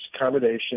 accommodation